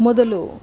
ಮೊದಲು